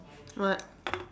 what